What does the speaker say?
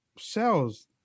cells